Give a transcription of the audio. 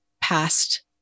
past